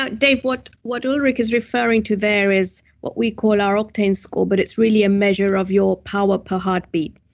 ah dave, what what ulrich is referring to there is what we call our octane score, but it's really a measure of your power per heartbeat.